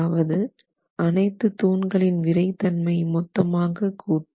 அதாவது அனைத்து தூண்களின் விறைத்தன்மை மொத்தமாக கூட்டு